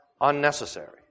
unnecessary